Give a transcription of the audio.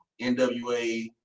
NWA